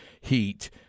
heat